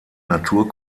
natur